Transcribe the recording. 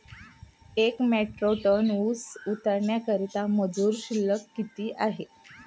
एक metric tonne ऊस उतरवण्याकरता मजूर शुल्क किती आहे?